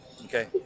Okay